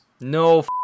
No